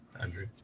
Andrew